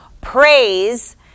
praise